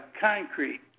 concrete